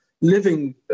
living